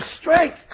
strength